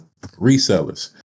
Resellers